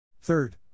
Third